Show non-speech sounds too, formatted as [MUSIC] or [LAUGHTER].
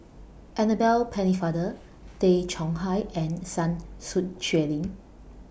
Annabel Pennefather Tay Chong Hai and Sun [UNINTELLIGIBLE] Xueling